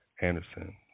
Anderson